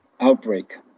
outbreak